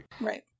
right